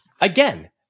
Again